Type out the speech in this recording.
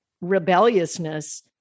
rebelliousness